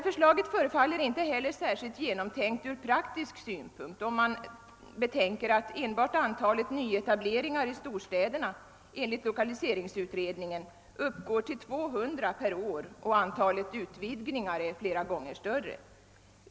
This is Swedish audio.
Förslaget förefaller inte heller särskilt genomtänkt ur praktisk synpunkt, om man betänker att enbart antalet nyetableringar i storstäderna enligt lokaliseringsutredningen uppgår till 200 per år och att antalet utvidgningar är flera gånger större.